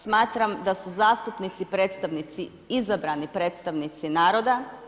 Smatram da su zastupnici predstavnici izabrani predstavnici naroda.